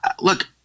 look